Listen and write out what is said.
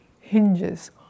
hinges